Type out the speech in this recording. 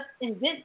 invent